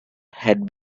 had